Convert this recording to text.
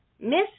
Miss